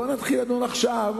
בואו ונתחיל לדון עכשיו